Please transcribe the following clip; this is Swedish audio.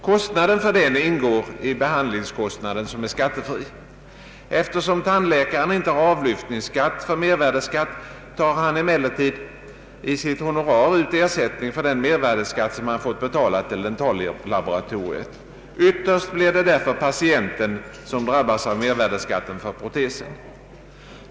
Kostnaden för den ingår i behandlingskostnaden, som är skattefri. Eftersom tandläkaren inte har avlyftningsrätt för mervärdeskatt, tar han emellertid i sitt honorar ut ersättning för den mervärdeskatt som han fått betala till dentallaboratoriet. Yt terst blir det patienten som drabbas av mervärdeskatten på protesen.